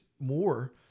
more